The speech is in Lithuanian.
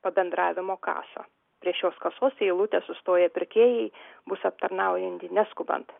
pabendravimo kasą prie šios kasos į eilutę sustoję pirkėjai bus aptarnaujantys neskubant